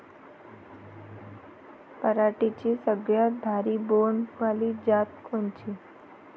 पराटीची सगळ्यात भारी बोंड वाली जात कोनची?